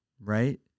Right